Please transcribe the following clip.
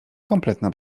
kompletna